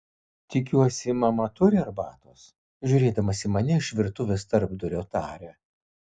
tikiuosi mama turi arbatos žiūrėdamas į mane iš virtuvės tarpdurio taria